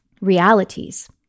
Realities